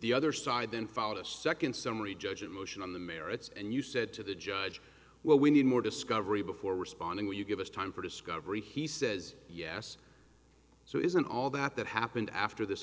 the other side then followed a second summary judgment motion on the merits and you said to the judge well we need more discovery before responding when you give us time for discovery he says yes so isn't all that that happened after this